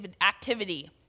activity